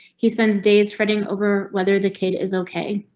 he spends days fretting over whether the kid is ok.